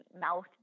mouth